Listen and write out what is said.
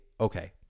okay